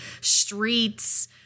streets